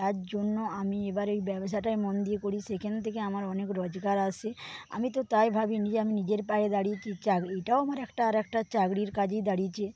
তার জন্য আমি এবার ওই ব্যবসাটাই মন দিয়ে করি সেইখান থেকে আমার অনেক রোজগার আসে আমি তো তাই ভাবি আমি নিজের পায়ে দাঁড়িয়ে চাকরিটাও আমার আর একটা চাকরির কাজেই দাঁড়িয়েছে